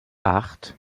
acht